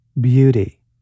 beauty